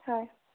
হয়